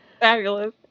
fabulous